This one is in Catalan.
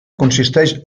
consisteix